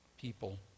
people